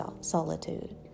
solitude